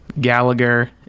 Gallagher